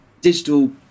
digital